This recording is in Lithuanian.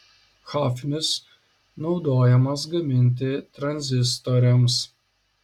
hafnis naudojamas gaminti tranzistoriams